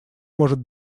может